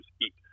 eat